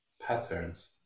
patterns